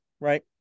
Right